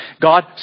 God